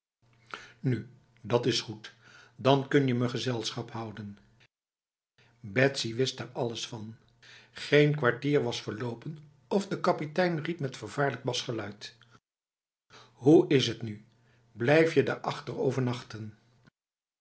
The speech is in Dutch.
nu dat is goed dan kun je me gezelschap houden betsy wist daar alles van geen kwartier was verlopen of de kapitein riep met vervaarlijk basgeluid hoe is het nu blijf je daarachter overnachten